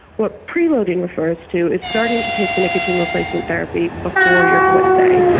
what preloading refers to is starting to take nicotine replacement therapy before your quit day,